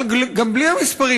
אבל גם בלי המספרים,